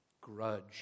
Grudge